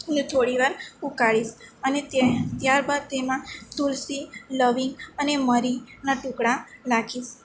ને થોડી વાર ઉકાળીશ અને તે ત્યારબાદ તેમાં તુલસી લવિંગ અને મરીના ટુકડાં નાંખીશ